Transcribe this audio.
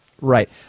Right